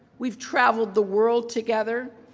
we've traveled the world together,